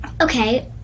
okay